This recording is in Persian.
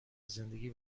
زندگی